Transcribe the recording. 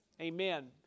Amen